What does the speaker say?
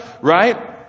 right